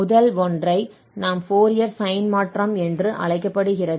முதல் ஒன்றை நாம் ஃபோரியர் சைன் மாற்றம் என்று அழைக்கப்படுகிறது